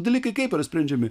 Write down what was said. dalykai kaip yra sprendžiami